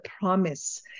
promise